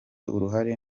uruhare